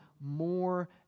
more